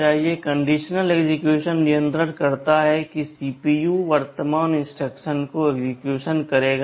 conditional execution नियंत्रण करता है कि सीपीयू वर्तमान इंस्ट्रक्शन को एक्सेक्यूशन करेगा या नहीं